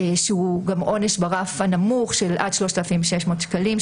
שהוא גם עונש ברף הנמוך של עד 3,600 שקלים,